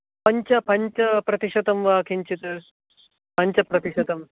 पञ्च पञ्चप्रतिशतं वा किञ्चित् पञ्चप्रतिशतं